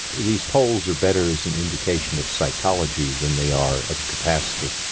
these polls are better as an indication of psychology than they are of capacity.